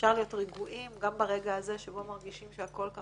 אפשר להיות רגועים גם ברגע הזה שבו מרגישים שהכל על